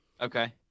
Okay